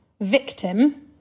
victim